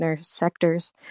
sectors